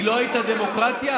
היא לא הייתה דמוקרטיה?